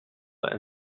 and